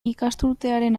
ikasturtearen